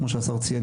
כמו שהשר ציין.